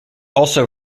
also